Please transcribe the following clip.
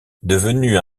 devenue